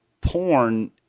Porn